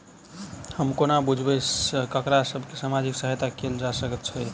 हम कोना बुझबै सँ ककरा सभ केँ सामाजिक सहायता कैल जा सकैत छै?